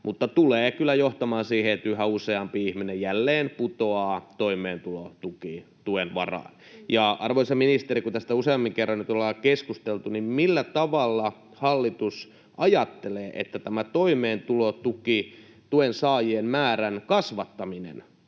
mutta tulee kyllä johtamaan siihen, että yhä useampi ihminen jälleen putoaa toimeentulotuen varaan. Arvoisa ministeri, kun tästä useamman kerran nyt ollaan keskusteltu, niin millä tavalla hallitus ajattelee, että tämä toimeentulotuen saajien määrän kasvattaminen